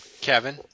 Kevin